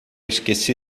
esqueci